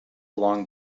long